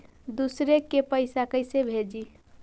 दुसरे के पैसा कैसे भेजी?